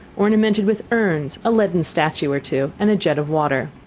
ornamented with urns, a leaden statue or two, and a jet of water.